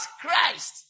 Christ